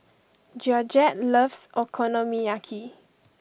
Georgette loves Okonomiyaki